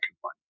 one